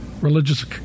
religious